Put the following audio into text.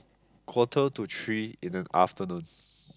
quarter to three in the afternoon